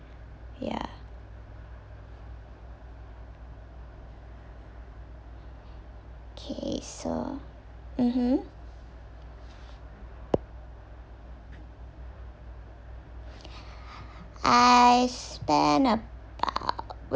ya okay so mmhmm I spent about wh~